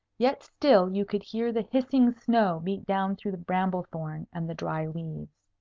yet still you could hear the hissing snow beat down through the bramble-thorn and the dry leaves.